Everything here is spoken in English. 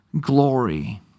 glory